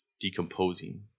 decomposing